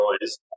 noise